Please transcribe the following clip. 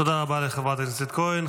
תודה רבה לחברת הכנסת כהן.